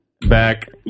Back